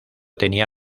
tenía